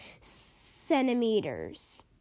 centimeters